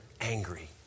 angry